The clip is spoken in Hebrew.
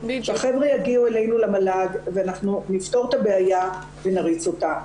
שהחברים יגיעו אלינו למל"ג ואנחנו נפתור את הבעיה ונריץ אותה.